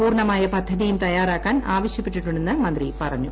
പൂർണമായ പദ്ധതിയും തയ്യാറാക്കാൻ ആവശ്യപ്പെട്ടിട്ടുണ്ടെന്ന് മന്ത്രി പറഞ്ഞു